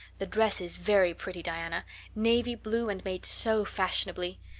the dress is very pretty, diana navy blue and made so fashionably.